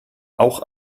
auch